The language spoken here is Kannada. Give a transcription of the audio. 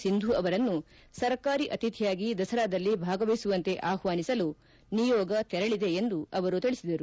ಸಿಂಧೂ ಅವರನ್ನು ಸರ್ಕಾರಿ ಅತಿಥಿಯಾಗಿ ದಸರಾದಲ್ಲಿ ಭಾಗವಹಿಸುವಂತೆ ಆಹ್ವಾನಿಸಲು ನಿಯೋಗ ತೆರಳಿದೆ ಎಂದು ಅವರು ತಿಳಿಸಿದರು